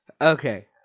Okay